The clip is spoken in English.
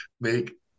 make